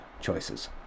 choices